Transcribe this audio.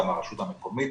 גם הרשות המקומית